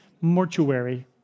mortuary